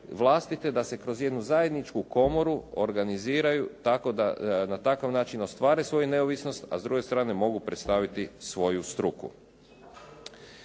vlastite, da se kroz jednu zajedničku komoru organiziraju tako da na takav način ostvare svoju neovisnost, a s druge strane mogu predstaviti svoju struku.